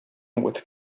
with